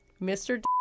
Mr